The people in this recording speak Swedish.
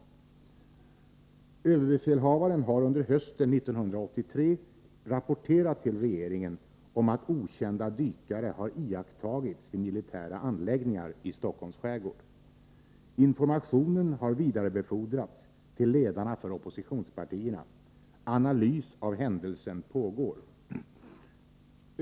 Överbefälhavaren har under hösten 1983 rapporterat till regeringen om att okända dykare har iakttagits vid militära anläggningar i Stockholms skärgård. Informationen har vidarebefordrats till ledarna för oppositionspartierna. Analys av händelsen pågår.